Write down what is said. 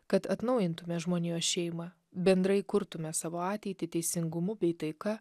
kad atnaujintume žmonijos šeimą bendrai kurtume savo ateitį teisingumu bei taika